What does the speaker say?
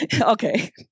okay